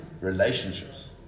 Relationships